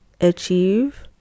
achieve